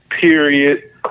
period